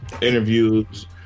interviews